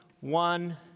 one